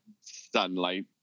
sunlight